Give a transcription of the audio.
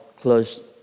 close